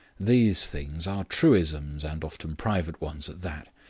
these things are truisms, and often private ones at that.